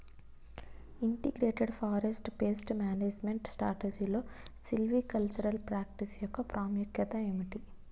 Integrated forest pest management స్ట్రాటజీలో silvicultural practice యెక్క ప్రాముఖ్యత ఏమిటి??